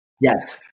Yes